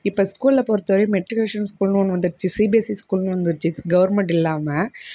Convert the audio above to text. இப்போ ஸ்கூலில் பொறுத்தவரையும் மெட்ரிகுலேஷன் ஸ்கூல்னு ஒன்று வந்துடுச்சு சிபிஎஸ்சி ஸ்கூல்னு வந்திடுச்சு கவர்ன்மெண்ட் இல்லாமல்